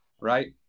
Right